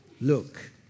look